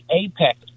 apex